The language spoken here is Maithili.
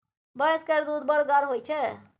भैंस केर दूध बड़ गाढ़ होइ छै